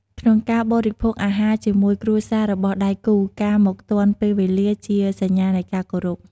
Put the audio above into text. ក្នុងការបូរិភោគអាហារជាមួយគ្រួសាររបស់ដៃគូ ការមកទាន់ពេលវេលាជាសញ្ញានៃការគោរព។